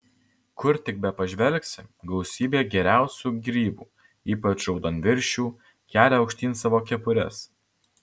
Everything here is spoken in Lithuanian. kur tik bepažvelgsi gausybė geriausių grybų ypač raudonviršių kelia aukštyn savo kepures